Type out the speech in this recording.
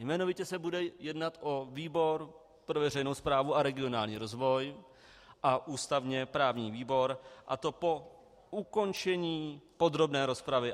Jmenovitě se bude jednat o výbor pro veřejnou správu a regionální rozvoj a ústavněprávní výbor, a to po ukončení podrobné rozpravy.